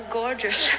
gorgeous